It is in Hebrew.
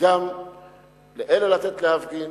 גם לאלה לתת להפגין